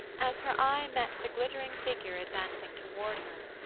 as her eye met the glittering figure advancing toward her.